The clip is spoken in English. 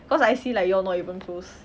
cause I see like you all not even close